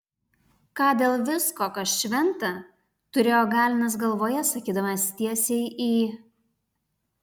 ką dėl visko kas šventa turėjo galenas galvoje sakydamas tiesiai į